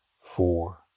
four